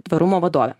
tvarumo vadovė